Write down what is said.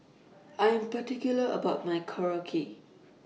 I'm particular about My Korokke